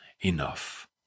enough